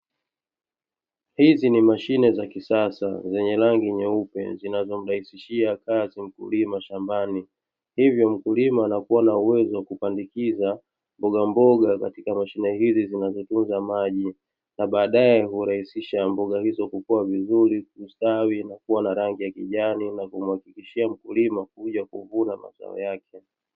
Hizi ni mashine za kisasa zenye rangi nyeupe, zinazomrahisishia kazi mkulima shambani. Hivyo, mkulima anakuwa na uwezo wa kupandikiza mbogamboga katika mashine hizi zinazotunza maji, na baadae hurahisisha mboga hizo kukua vizuri, kusitawi, na kuwa na rangi ya kijani, na kumhakikishia mkulima kuja kuvuna mazao yake.